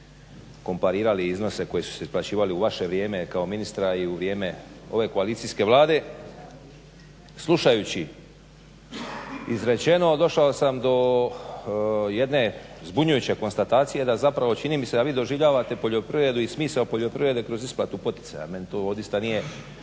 komparirali iznose koji su se isplaćivali u vaše vrijeme kao ministra i u vrijeme ove koalicijske Vlade. Slušajući izrečeno došao sam do jedne zbunjujuće konstatacije da zapravo čini mi se da vi doživljavate poljoprivredu i smisao poljoprivrede kroz isplatu poticaja. Meni to odista nije